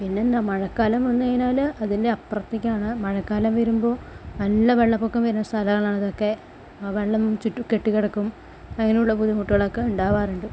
പിന്നെന്താ മഴക്കാലം വന്ന് കഴിഞ്ഞാല് അതിൻ്റ അപ്പുറത്തേക്കാണ് മഴക്കാലം വരുമ്പോൾ നല്ല വെള്ളപ്പൊക്കം വരുന്ന സ്ഥലമാണിതൊക്കെ വെള്ളം ചുറ്റും കെട്ടി കിടക്കും അങ്ങനെയുള്ള ബുദ്ധിമുട്ടുകളൊക്കെ ഉണ്ടാവാറുണ്ട്